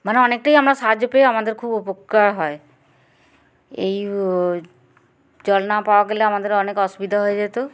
মানে অনেকটাই আমরা সাহায্য পেয়ে আমাদের খুব উপকার হয় এই জল না পাওয়া গেলে আমাদের অনেক অসুবিধা হয়ে যেত